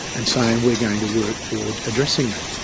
and saying we are going to work towards addressing that.